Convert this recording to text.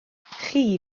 chi